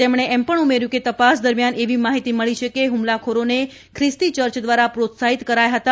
તેમણે એ પણ ઉમેર્યું કે તપાસ દરમિયાન એવી માહીતી મળી છે કે હ્મલાખોરોને ખ્રિસ્તી ચર્ચ દ્વારા પ્રોત્સાહિત કરાયા હતા